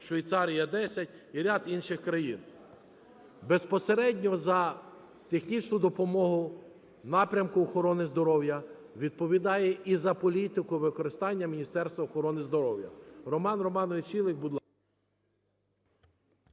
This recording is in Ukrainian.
Швейцарія – 10 і ряд інших країн. Безпосередньо за технічну допомогу в напрямку охорони здоров'я відповідає, і за політику використання, Міністерство охорони здоров'я.